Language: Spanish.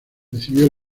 recibió